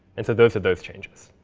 and so those are those changes.